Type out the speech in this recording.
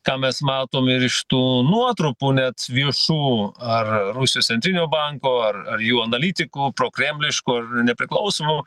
ką mes matom ir iš tų nuotrupų net viešų ar rusijos centrinio banko ar ar jų analitikų prokremliškų ar nepriklausomų